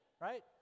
right